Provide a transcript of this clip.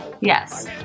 Yes